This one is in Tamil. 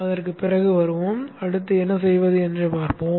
அதற்குப் பிறகு வருவோம் அடுத்து என்ன செய்வது என்று பார்ப்போம்